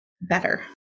better